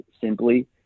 simply